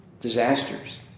disasters